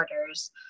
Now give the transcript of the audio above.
orders